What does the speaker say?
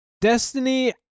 Destiny